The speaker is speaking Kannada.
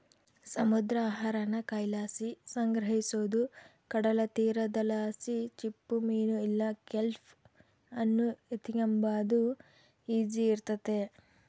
ಸಮುದ್ರ ಆಹಾರಾನ ಕೈಲಾಸಿ ಸಂಗ್ರಹಿಸೋದು ಕಡಲತೀರದಲಾಸಿ ಚಿಪ್ಪುಮೀನು ಇಲ್ಲ ಕೆಲ್ಪ್ ಅನ್ನು ಎತಿಗೆಂಬಾದು ಈಸಿ ಇರ್ತತೆ